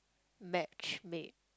match made